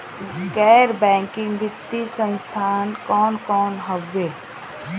गैर बैकिंग वित्तीय संस्थान कौन कौन हउवे?